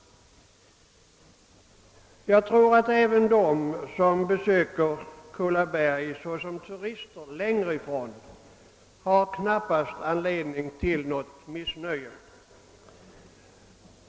Jag tror att även de som i egenskap av turister längre ifrån besöker Kulla berg knappast har anledning till missnöje.